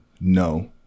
no